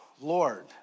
Lord